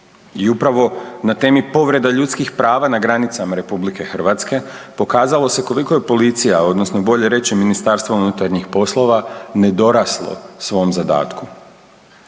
I upravo na temi povrede ljudskih prava na granicama RH pokazalo se koliko je policija odnosno bolje reći MUP nedoraslo svom zadatku.